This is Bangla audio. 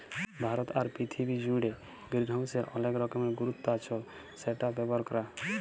ভারতে আর পীরথিবী জুড়ে গ্রিনহাউসের অলেক রকমের গুরুত্ব আচ্ছ সেটা ব্যবহার ক্যরা হ্যয়